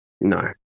No